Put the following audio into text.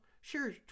sure